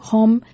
Home